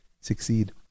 succeed